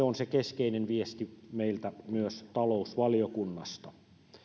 on se keskeinen viesti meiltä myös talousvaliokunnasta